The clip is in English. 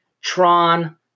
Tron